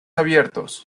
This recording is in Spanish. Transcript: abiertos